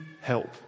help